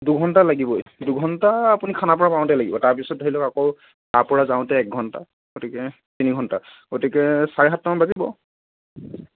দুঘণ্টা লাগিবই দুঘণ্টা আপুনি খানাপাৰা পাওঁতে লাগিব তাৰ পিছত ধৰি লওক আকৌ তাৰ পৰা যাওঁতে এক ঘণ্টা গতিকে তিনি ঘণ্টা গতিকে চাৰে সাতটা মান বাজিব